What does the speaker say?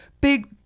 big